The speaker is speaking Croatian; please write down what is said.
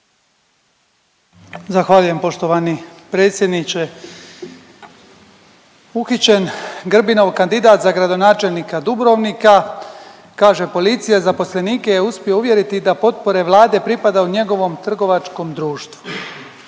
Zahvaljujem poštovani predsjedniče. Uhićen Grbinov kandidat za gradonačelnika Dubrovnika, kaže policija, zaposlenike je uspio uvjeriti da potpore Vlade pripadaju njegovom trgovačkom društvu.